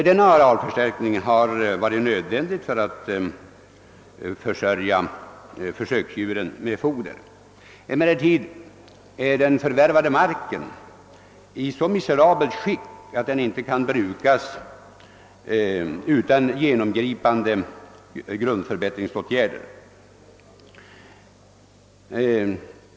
Markkompletteringen har som sagt varit nödvändig för att hålla försöksdjuren med foder. Men den mark som tillförts anläggningen befinner sig i så miserabelt skick att den inte kan brukas utan genomgripande grundförbättringsåtgärder.